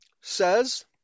says